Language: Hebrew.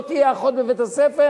לא תהיה אחות בבית-הספר,